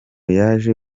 yaje